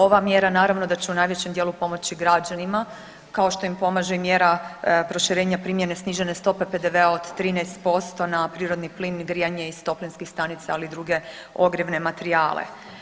Ova mjera naravno da će u najvećem dijelu pomoći građanima kao što im pomaže mjera proširenja primjene snižene stope PDV-a od 13% na prirodni plin i grijanje iz toplinskih stanica, ali i druge ogrjevne materijale.